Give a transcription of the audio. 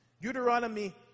Deuteronomy